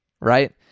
right